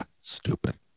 Stupid